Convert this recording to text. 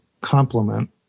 complement